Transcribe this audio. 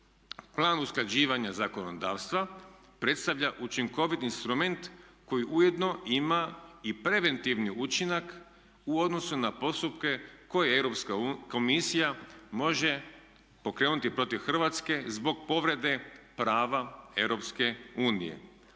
Plan usklađivanja zakonodavstva predstavlja učinkovit instrument koji ujedno ima i preventivni učinak u odnosu na postupke koje Europska komisija može pokrenuti protiv Hrvatske zbog povrede prava Europske unije.